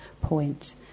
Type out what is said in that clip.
point